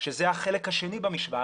שזה החלק השני במשוואה,